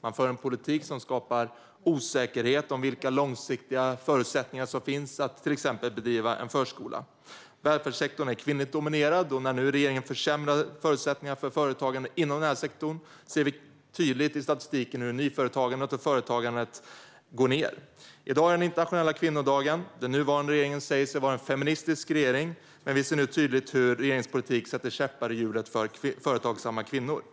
Den för en politik som skapar osäkerhet om vilka långsiktiga förutsättningar som finns för att till exempel bedriva en förskola. Välfärdssektorn är kvinnligt dominerad, och när regeringen nu försämrar förutsättningarna för företagande inom sektorn ser vi tydligt i statistiken hur nyföretagandet och företagandet går ned. I dag är det den internationella kvinnodagen. Den nuvarande regeringen säger sig vara en feministisk regering, men vi ser nu tydligt hur regeringens politik sätter käppar i hjulet för företagsamma kvinnor.